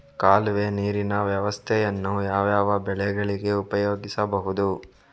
ಕಾಲುವೆ ನೀರಿನ ವ್ಯವಸ್ಥೆಯನ್ನು ಯಾವ್ಯಾವ ಬೆಳೆಗಳಿಗೆ ಉಪಯೋಗಿಸಬಹುದು?